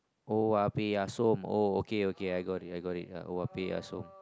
oh-ah-beh-ya-som oh okay okay I got it I got it oh-ah-beh-ya-som